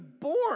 born